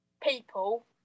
people